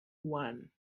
one